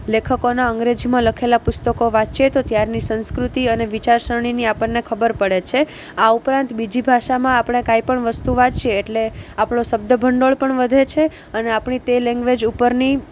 લેખકોના અંગ્રેજીમાં લખેલા પુસ્તકો વાંચીએ તો ત્યારની સંસ્કૃતિ અને વિચારસરણીની આપણને ખબર પડે છે આ ઉપરાંત બીજી ભાષામાં આપણે કાંઈ પણ વસ્તુ વાંચીએ એટલે આપણો શબ્દભંડોળ પણ વધે છે અને આપણી તે લેંગ્વેજ ઉપરની